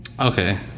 Okay